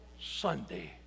Sunday